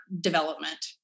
development